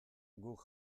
guk